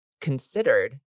considered